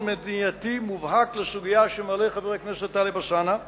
מניעתי מובהק לסוגיה שמעלה חבר הכנסת טלב אלסאנע.